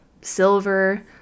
silver